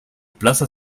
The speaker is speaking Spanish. plaza